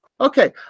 okay